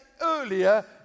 earlier